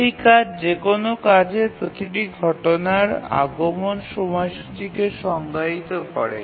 একটি কাজ যে কোনও কাজের প্রতিটি ঘটনার আগমন সময়সূচীকে সংজ্ঞায়িত করে